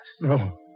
No